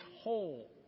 whole